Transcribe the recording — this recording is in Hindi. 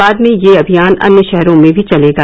बाद में यह अभियान अन्य शहरों में भी चलेगा